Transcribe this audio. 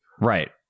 right